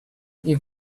you